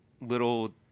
little